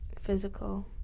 physical